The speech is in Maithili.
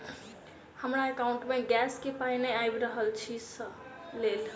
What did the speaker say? हमरा एकाउंट मे गैस केँ पाई नै आबि रहल छी सँ लेल?